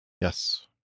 yes